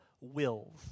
wills